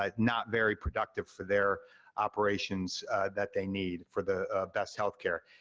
um not very productive for their operations that they need for the best healthcare.